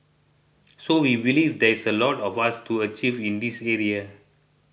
so we believe there is a lot for us to achieve in this area